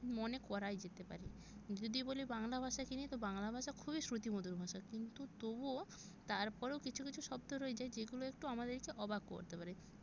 মনে করাই যেতে পারে যদি বলি বাংলা ভাষাকে নিয়ে তো বাংলা ভাষা খুবই শ্রুতিমধুর ভাষা কিন্তু তবুও তারপরেও কিছু কিছু শব্দ রয়ে যায় যেগুলো একটু আমাদেরকে অবাক করতে পারে